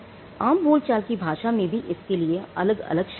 आम बोलचाल की भाषा में भी इसके लिए अलग अलग शब्द है